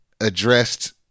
addressed